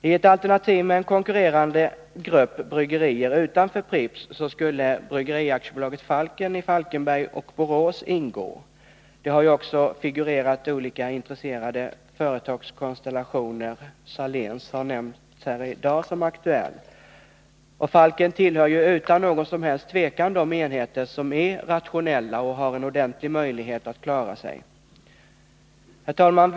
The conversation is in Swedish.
I ett alternativ med en konkurrerande grupp bryggerier utanför Pripps skulle Bryggeri AB Falken i Falkenberg och Borås ingå. Olika intresserade företagskonstellationer har ju figurerat — Saléninvest har nämnts här i dag såsom aktuellt. Falken tillhör utan något som helst tvivel de enheter som är rationella och har en ordentlig möjlighet att klara sig. Herr talman!